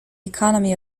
economy